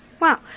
Wow